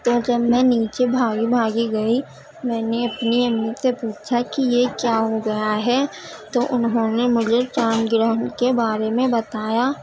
تو جب میں نیچے بھاگی بھاگی گئی میں نے اپنی امی سے پوچھا کہ یہ کیا ہو گیا ہے تو انہوں نے مجھے چاند گرہن کے بارے میں بتایا